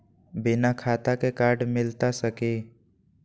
बिना खाता के कार्ड मिलता सकी?